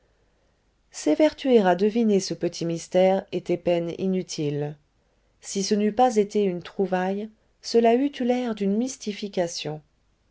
s'évertuer à deviner ce petit mystère était peine inutile si ce n'eût pas été une trouvaille cela eût eu l'air d'une mystification